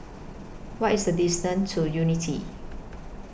What IS The distance to Unity